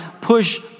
push